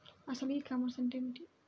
అసలు ఈ కామర్స్ అంటే ఏమిటి?